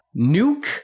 Nuke